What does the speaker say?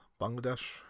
Bangladesh